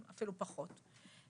אפילו פחות.